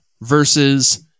versus